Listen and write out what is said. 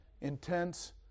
intense